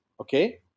Okay